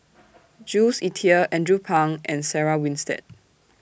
Jules Itier Andrew Phang and Sarah Winstedt